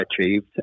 achieved